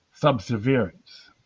subservience